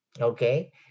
Okay